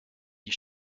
die